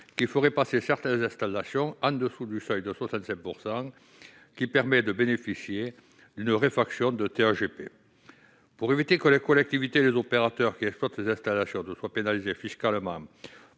faisant passer certaines installations sous le seuil de 65 %, qui permet de bénéficier d'une réfaction de TGAP. Pour éviter que les collectivités et les opérateurs qui exploitent ces installations ne soient pénalisés fiscalement